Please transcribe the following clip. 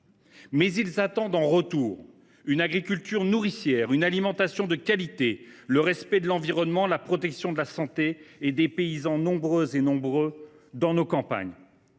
concitoyens attendent en retour une agriculture nourricière, une alimentation de qualité, le respect de l’environnement, la protection de la santé et des paysans nombreuses et nombreux dans nos campagnes